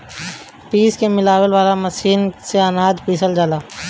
पीस के मिलावे वाला मशीन से अनाज पिसल जाला